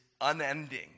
unending